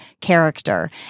character